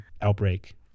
outbreak